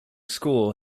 score